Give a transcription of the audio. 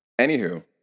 anywho